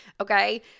Okay